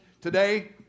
Today